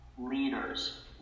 leaders